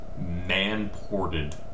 man-ported